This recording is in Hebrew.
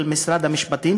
של משרד המשפטים,